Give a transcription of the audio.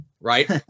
Right